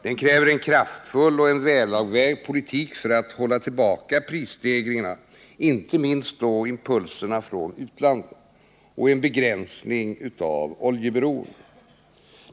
Den kräver en kraftfull och välavvägd politik för att hålla tillbaka prisstegringarna — inte minst impulserna från utlandet — och en begränsning av oljeberoendet.